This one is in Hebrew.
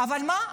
אבל מה,